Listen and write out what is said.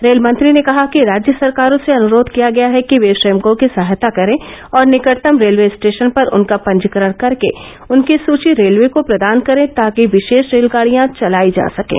रेलमंत्री ने कहा कि राज्य सरकारों से अनुरोध किया गया है कि वे श्रमिकों की सहायता करें और निकटतम रेलवे स्टेशन पर उनका पंजीकरण करके उनकी सूची रेलवे को प्रदान करें ताकि विशेष रेलगाड़ियां चलाई जा सकें